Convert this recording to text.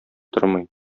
тормый